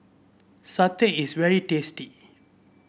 satay is very tasty